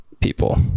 people